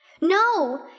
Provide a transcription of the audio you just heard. No